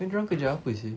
then dia orang kerja apa seh